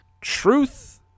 Truth